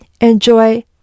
enjoy